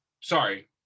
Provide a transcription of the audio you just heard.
Sorry